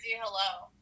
hello